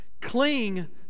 Cling